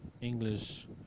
English